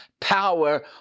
power